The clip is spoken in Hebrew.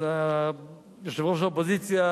יושב-ראש האופוזיציה